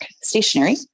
stationery